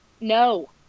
No